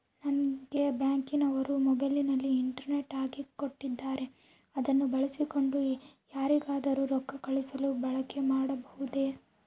ನಂಗೆ ಬ್ಯಾಂಕಿನವರು ಮೊಬೈಲಿನಲ್ಲಿ ಇಂಟರ್ನೆಟ್ ಹಾಕಿ ಕೊಟ್ಟಿದ್ದಾರೆ ಅದನ್ನು ಬಳಸಿಕೊಂಡು ಯಾರಿಗಾದರೂ ರೊಕ್ಕ ಕಳುಹಿಸಲು ಬಳಕೆ ಮಾಡಬಹುದೇ?